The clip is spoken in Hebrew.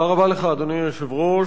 תודה רבה לך, אדוני היושב-ראש.